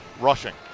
rushing